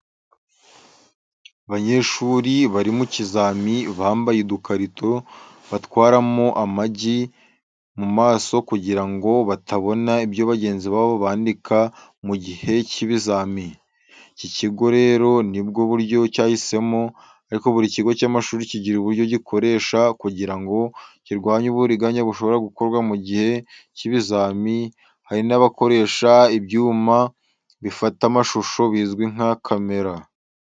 Abanyeshuri bari mu kizami bambaye udukarito batwaramo amagi mu maso kugira ngo batabona ibyo bagenzi babo bandika mu gihe cy'ibizami. Iki kigo rero nibwo buryo cyahisemo, ariko buri kigo cy’amashuri kigira uburyo gikoresha kugira ngo kirwanye uburiganya bushobora gukorwa mu gihe cy’ibizami, hari n’abakoresha ibyuma bifata amashusho ibi bizwi nka Kamera.